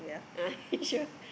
a'ah sure